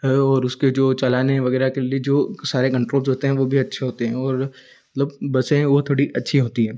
उसके चलाने वगैरह के लिए जो कंट्रोल होते हैं वह भी अच्छे होते हैं और बसें वह थोड़ी अच्छी होती हैं